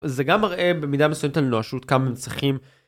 זה גם מראה במידה מסוימת על נואשות, כמה הם צריכים...